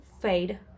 fade